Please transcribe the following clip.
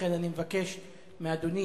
לכן אני מבקש מאדוני,